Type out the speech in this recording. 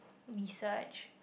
research